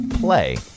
play